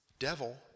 Devil